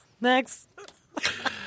Next